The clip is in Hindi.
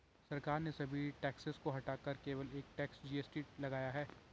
सरकार ने सभी टैक्सेस को हटाकर केवल एक टैक्स, जी.एस.टी लगाया है